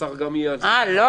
השר גם יהיה -- לא,